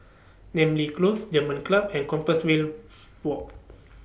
Namly Close German Club and Compassvale Walk